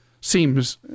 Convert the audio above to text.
seems